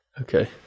okay